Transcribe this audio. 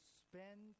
spend